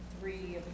three